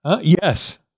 Yes